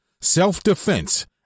self-defense